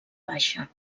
baixa